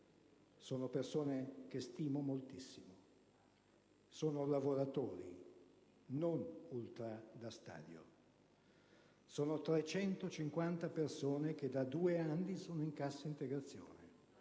sono persone che stimo moltissimo; sono lavoratori, non ultrà da stadio. Sono 350 persone che da due anni sono in cassa integrazione,